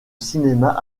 cinéma